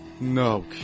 no